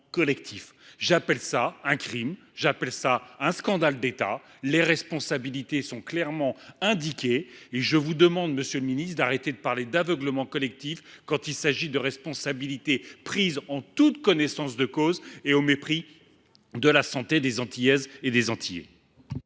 »: j’y vois un crime, un scandale d’État. Les responsabilités sont clairement établies. Je vous demande donc, monsieur le ministre, d’arrêter de parler d’aveuglement collectif quand il s’agit de responsabilités prises en toute connaissance de cause, au mépris de la santé des Antillaises et des Antillais.